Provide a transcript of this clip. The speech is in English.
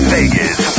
Vegas